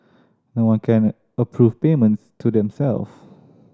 no one can approve payments to them self